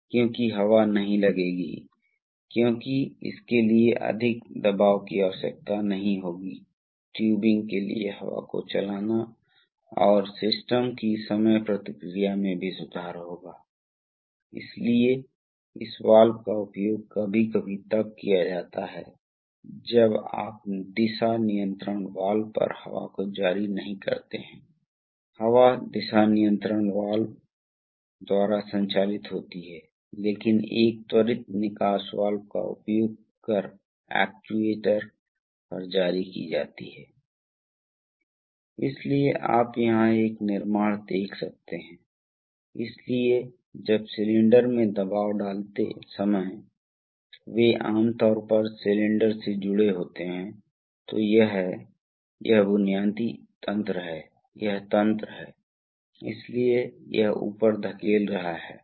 तो अब हम चाहते हैं दबाव बढ़ गया है क्योंकि बल की आवश्यकता बढ़ गई है इसलिए हम प्रवाह दर को कम करना चाहते हैं इसलिए हम क्या करना चाहते हैं इसलिए हमारे पास इस राहत वाल्व की सेटिंग है यदि किसी बिंदु पर सेटिंग पार हो गई है तो क्या होने वाला है यह राहत वाल्व बाहर निकल जाएगा इसलिए उस समय पंप प्रवाह मुझे एक अलग रंग का उपयोग करने दें इसलिए उस समय पंप प्रवाह होता है इसलिए यह मामला है लोड किए गए दोनों पंपों के लिए इसलिए मुझे दूसरे आरेख पर जाने दें फिर हम उस मामले को देख पाएंगे जहां पंप A अनलोड है